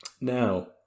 Now